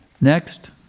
Next